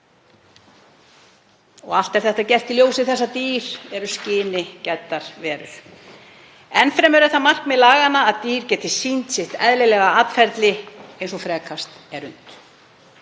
Allt er þetta gert í ljósi þess að dýr eru skyni gæddar verur. Enn fremur er það markmið laganna að dýr geti sýnt sitt eðlilega atferli eins og frekast er unnt.